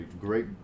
great